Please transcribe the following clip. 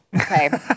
Okay